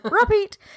Repeat